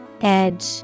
Edge